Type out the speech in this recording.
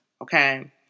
okay